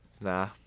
Nah